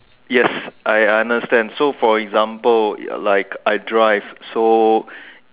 yes I understand so for example like I drive so